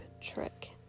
trick